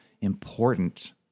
important